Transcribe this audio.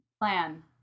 plan